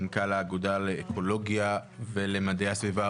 מנכ"ל האגודה לאקולוגיה ולמדעי הסביבה.